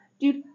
Dude